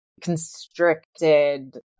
constricted